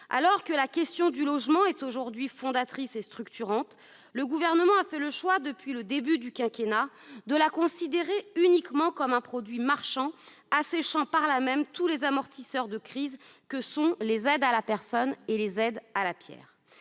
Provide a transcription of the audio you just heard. Alors que la question du logement est aujourd'hui fondatrice et structurante, le Gouvernement a fait le choix depuis le début du quinquennat de la considérer uniquement comme un produit marchand, asséchant par là même tous les amortisseurs de crise que sont les aides à la personne et les aides à la pierre.